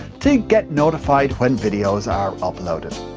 to get notified when videos are uploaded.